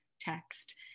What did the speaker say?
text